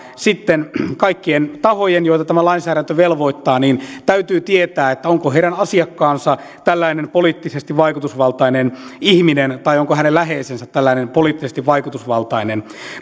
sitten kaikkien tahojen joita tämä lainsäädäntö velvoittaa täytyy tietää onko heidän asiakkaansa tällainen poliittisesti vaikutusvaltainen ihminen tai onko hänen läheisensä tällainen poliittisesti vaikutusvaltainen